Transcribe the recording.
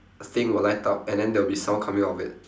thing will light up and then there will be sound coming of it